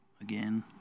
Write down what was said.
again